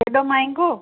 हेॾो महांगो